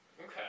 Okay